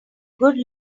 good